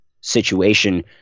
situation